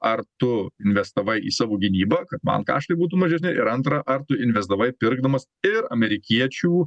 ar tu investavai į savo gynybą kad man kaštai būtų mažesni ir antra ar tu investavai pirkdamas ir amerikiečių